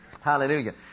Hallelujah